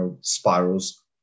spirals